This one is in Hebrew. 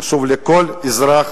חשוב לכל אזרח